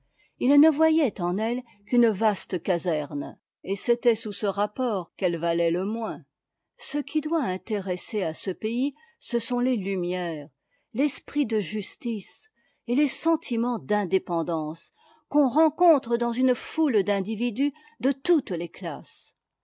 ils ne voyaient en elle qu'une vaste caserne et c'était sous ce rapport qu'elle valait le moins ce qui doit intéresser à ce pays ce sont les lumières l'esprit de justice et les sentiments d'indépendance qu'on rencontre dans une foule d'individus de toutes les classes